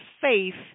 faith